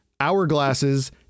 hourglasses